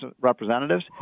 Representatives